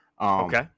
Okay